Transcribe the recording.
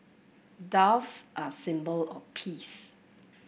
doves are a symbol of peace